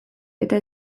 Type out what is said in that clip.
eta